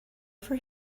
for